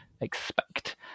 expect